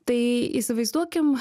tai įsivaizduokim